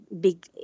big